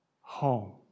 home